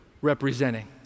representing